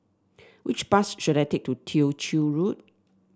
which bus should I take to Tew Chew Road